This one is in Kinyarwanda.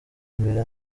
imbere